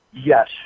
Yes